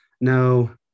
No